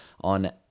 on